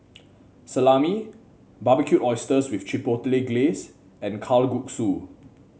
Salami Barbecued Oysters with Chipotle Glaze and Kalguksu